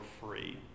free